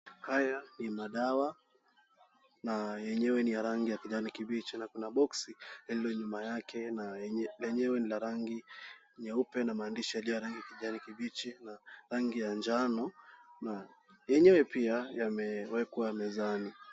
Haya ni madawa , na yenyewe ni ya rangi ya kijani kibichi na kuna boksi lililo nyuma yake na lenyewe ni la rangi nyeupe na maandishi yaliyo ya rangi ya kijani kibichi na rangi ya njano, na yenyewe pia yamewekwa mezani.